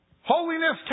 Holiness